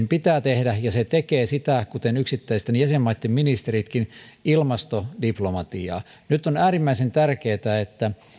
pitää tehdä ja se tekee kuten yksittäisten jäsenmaitten ministeritkin ilmastodiplomatiaa nyt on äärimmäisen tärkeätä että